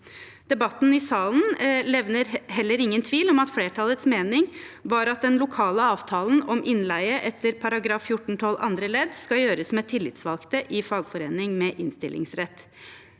Debatten i salen levner heller ingen tvil om at flertallets mening var at den lokale avtalen om innleie etter § 14-12 andre ledd skal gjøres med tillitsvalgte i fagforening med innstillingsrett.